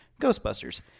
Ghostbusters